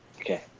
Okay